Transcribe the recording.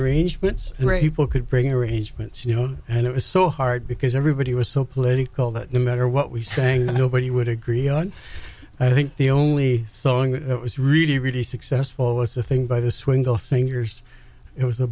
arrangements ray people could bring arrangements you know and it was so hard because everybody was so political that no matter what we sang nobody would agree on i think the only song that was really really successful was the thing by the swingle singers it was a